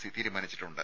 C തീരുമാനിച്ചിട്ടുണ്ട്